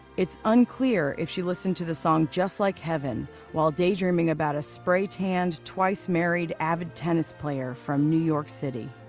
it's unclear if she listened to the song, just like heaven while daydreaming about a spray tanned, twice married, avid tennis player from new york city.